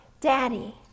Daddy